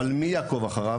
אבל מי יתחיל לעקוב אחריו?